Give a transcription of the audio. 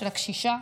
של הקשישה?